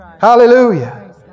Hallelujah